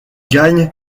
gagne